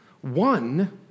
one